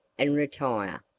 and retire.